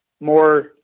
more